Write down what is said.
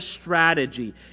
strategy